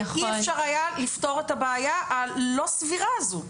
ואי-אפשר היה לפתור את הבעיה הלא סבירה הזאת.